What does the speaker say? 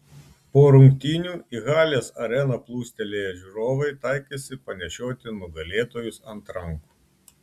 po rungtynių į halės areną plūstelėję žiūrovai taikėsi panešioti nugalėtojus ant rankų